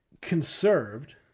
conserved